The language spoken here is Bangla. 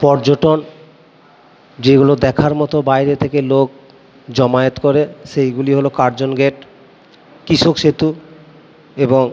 পর্যটন যেগুলো দেখার মতো বাইরে থেকে লোক জমায়েত করে সেইগুলি হলো কার্জন গেট কৃষক সেতু এবং